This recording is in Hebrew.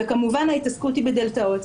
וכמובן ההתעסקות היא בדלתאות,